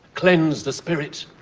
cleanse the spirit.